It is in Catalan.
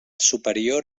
superior